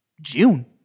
June